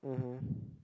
mmhmm